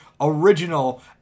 original